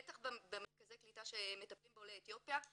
בטח במרכזי הקליטה שמטפלים בעולי אתיופיה,